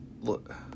look